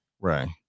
Right